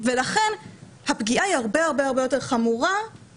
ולכן הפגיעה היא הרבה יותר חמור גם